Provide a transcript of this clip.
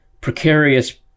precarious